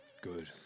Good